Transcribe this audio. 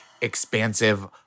expansive